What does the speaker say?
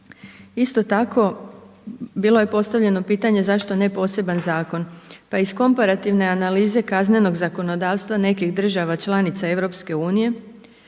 Isto tako, bilo je postavljeno pitanje zašto ne poseban zakon? Pa iz komparativne analize kaznenog zakonodavstva nekih država članica EU